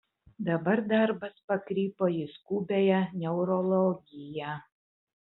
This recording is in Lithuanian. dabar darbas pakrypo į skubiąją neurologiją